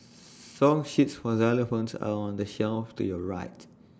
song sheets for xylophones are on the shelf to your right